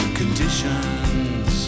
conditions